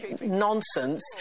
nonsense